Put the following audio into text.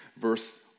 verse